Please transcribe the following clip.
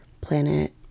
planet